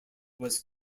was